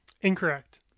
Incorrect